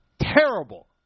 terrible